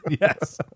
Yes